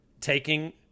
taking